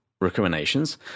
recriminations